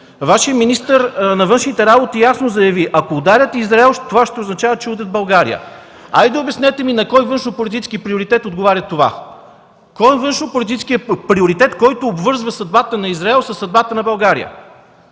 Вашият министър на външните работи ясно заяви: ако ударят Израел, това ще означава, че удрят България. Хайде, обяснете ми на кой външнополитически приоритет отговаря това. Кой е външнополитическият приоритет, който обвързва съдбата на Израел със съдбата на България?